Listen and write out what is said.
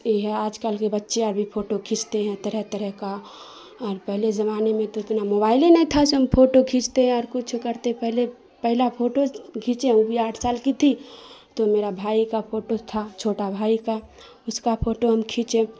یہ ہے آج کل کے بچے ابھی پھوٹو کھینچتے ہیں طرح طرح کا اور پہلے زمانے میں تو اتنا موبائل ہی نہیں تھا جو ہم پھوٹو کھینچتے یا اور کچھ کرتے پہلے پہلا پھوٹو کھینچے وہ بھی آٹھ سال کی تھی تو میرا بھائی کا پھوٹو تھا چھوٹا بھائی کا اس کا پھوٹو ہم کھینچے